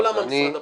לא למה משרד הפנים.